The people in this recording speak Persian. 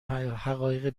حقایق